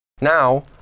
Now